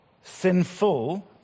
sinful